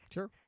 Sure